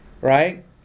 right